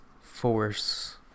force